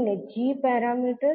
તેઓને g parameter